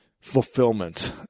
fulfillment